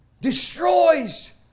Destroys